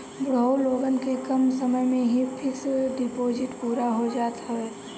बुढ़ऊ लोगन के कम समय में ही फिक्स डिपाजिट पूरा हो जात हवे